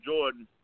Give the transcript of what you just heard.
Jordan